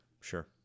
sure